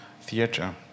theatre